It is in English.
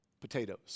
potatoes